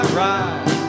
rise